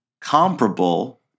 comparable